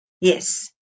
Yes